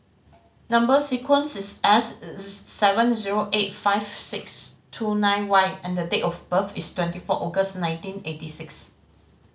number sequence is S seven zero eight five six two nine Y and date of birth is twenty four August nineteen eighty six